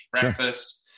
breakfast